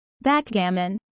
Backgammon